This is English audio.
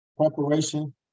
preparation